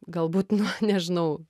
galbūt nu nežinau